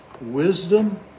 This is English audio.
wisdom